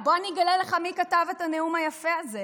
בוא אני אגלה לך מי כתב את הנאום היפה הזה,